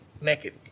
naked